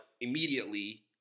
immediately